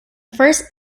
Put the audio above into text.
first